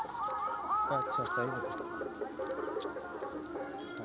प्रधानमंत्री योजना के आवेदन कोना करब?